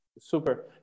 Super